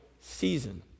season